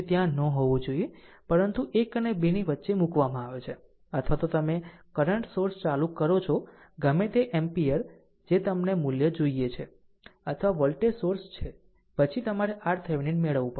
તે ત્યાં ન હોવું જોઈએ પરંતુ તે 1 અને 2 ની વચ્ચે મૂકવામાં આવે છે અથવા તો તમે કરંટ સોર્સ ચાલુ કરો છો ગમે તે એમ્પીયર જે તમને મૂલ્ય જોઈએ છે અથવા વોલ્ટેજ સોર્સ છે અને પછી તમારે RThevenin મેળવવું પડશે